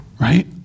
Right